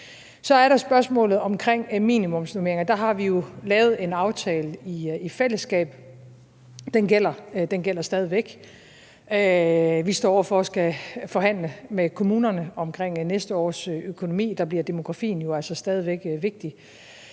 Så er der spørgsmålet om minimumsnormeringer. Der har vi jo lavet en aftale i fællesskab, og den gælder stadig væk. Vi står over for at skulle forhandle med kommunerne om næste års økonomi, og der bliver demografien jo altså stadig væk vigtig.